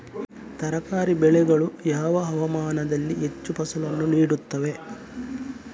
ತರಕಾರಿ ಬೆಳೆಗಳು ಯಾವ ಹವಾಮಾನದಲ್ಲಿ ಹೆಚ್ಚು ಫಸಲನ್ನು ನೀಡುತ್ತವೆ?